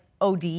OD